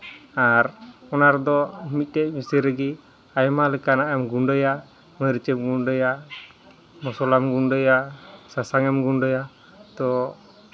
ᱟᱨ ᱚᱱᱟ ᱨᱮᱫᱚ ᱢᱤᱫᱴᱮᱡ ᱢᱮᱥᱤᱱ ᱨᱮᱜᱮ ᱟᱭᱢᱟ ᱞᱮᱠᱟᱱᱟᱜ ᱮᱢ ᱜᱩᱰᱟᱹᱭᱟ ᱢᱟᱹᱨᱤᱪ ᱮᱢ ᱜᱩᱰᱟᱹᱭᱟ ᱢᱚᱥᱞᱟᱢ ᱜᱩᱰᱟᱹᱭᱟ ᱥᱟᱥᱟᱝ ᱮᱢ ᱜᱩᱰᱟᱹᱭᱟ ᱛᱳ